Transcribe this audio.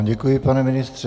Děkuji vám, pane ministře.